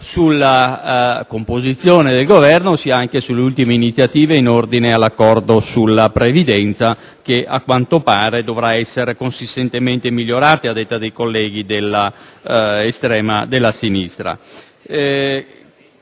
sia la composizione del Governo che le ultime iniziative in ordine all'accordo sulla previdenza, che, a quanto pare, dovrà essere consistentemente migliorato, a detta dei colleghi della sinistra.